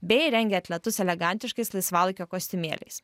bei rengė atletus elegantiškais laisvalaikio kostiumėliais